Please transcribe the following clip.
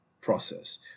process